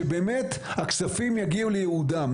שבאמת הכספים יגיעו לייעודם.